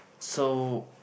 so